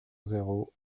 zéro